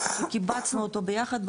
קיבצנו אותו ביחד,